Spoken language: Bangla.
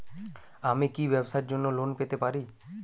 আমি কি ব্যবসার জন্য লোন পেতে পারি?